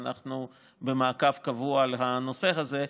ואנחנו במעקב קבוע על הנושא הזה,